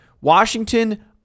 Washington